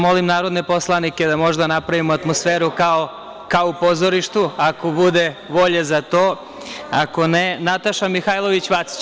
Molim narodne poslanika da možda napravimo atmosferu kao u pozorištu ako bude volje za to, ako ne Nataša Mihailović Vacić.